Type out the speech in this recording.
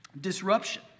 disruption